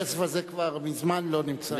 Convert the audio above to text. כל הכסף הזה כבר מזמן לא נמצא.